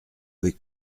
avec